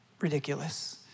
ridiculous